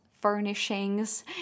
furnishings